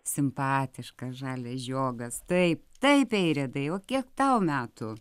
simpatiškas žalias žiogas taip taip airidai kiek tau metų